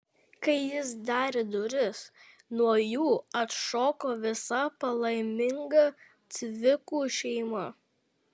kai jis darė duris nuo jų atšoko visa palaiminga cvikų šeimyna